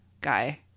guy